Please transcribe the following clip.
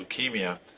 leukemia